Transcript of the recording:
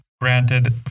granted